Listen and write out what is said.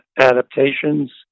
adaptations